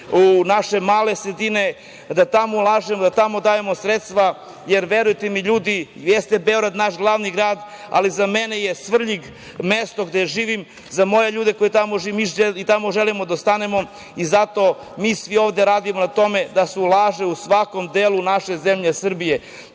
naše male sredine, da tamo ulažemo, da tamo dajemo sredstva jer verujte mi ljudi, jeste Beograd naš glavni grad, ali za mene je Svrljig mesto gde živim, za moje ljude koji živimo i tamo želimo da ostanemo i zato svi mi radimo na tome da se ulaže u svakom delu naše zemlje Srbije,